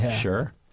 sure